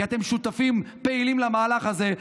כי אתם שותפים פעילים למהלך הזה,